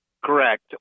Correct